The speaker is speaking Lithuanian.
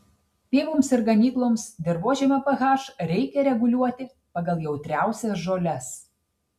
pievoms ir ganykloms dirvožemio ph reikia reguliuoti pagal jautriausias žoles